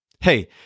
Hey